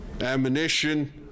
ammunition